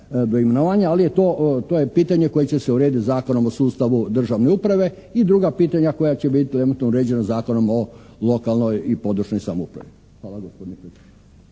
ali to je pitanje koje će se urediti Zakonom o sustavu državne uprave i druga pitanja koja će biti …/Govornik se ne razumije./… uređena Zakonom o lokalnoj i područnoj samoupravi.